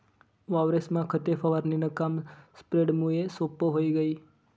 वावरेस्मा खते फवारणीनं काम स्प्रेडरमुये सोप्पं व्हयी गय